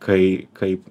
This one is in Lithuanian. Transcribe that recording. kai kaip